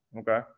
Okay